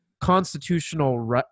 constitutional